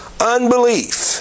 unbelief